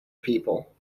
people